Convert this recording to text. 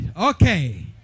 okay